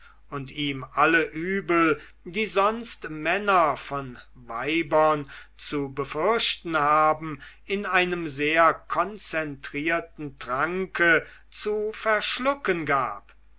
und ihm alle übel die sonst männer von weibern zu befürchten haben in einem sehr konzentrierten tranke zu verschlucken gab